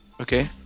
Okay